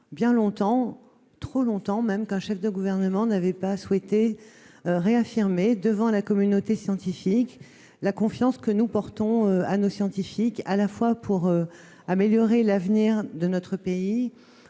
bien longtemps, trop longtemps même, qu'un chef de gouvernement n'avait pas souhaité réaffirmer, devant la communauté scientifique, combien nous lui faisons confiance pour améliorer l'avenir de notre pays,